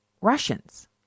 Russians